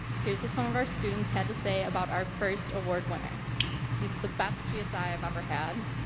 here's what some of our students had to say about our first award winner he's the best gsi i've ever had,